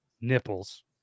nipples